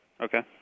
Okay